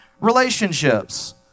relationships